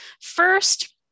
First